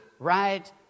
Right